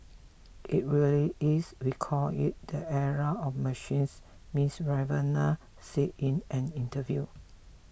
it really is we call it the era of machines Miss Rivera said in an interview